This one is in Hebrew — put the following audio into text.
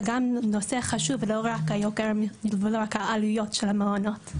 גם נושא חשוב ולא רק העלויות של המעונות,